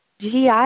GI